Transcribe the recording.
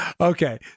Okay